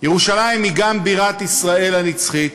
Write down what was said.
ירושלים היא גם בירת ישראל הנצחית,